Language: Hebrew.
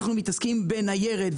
אנחנו עסוקים בניירת,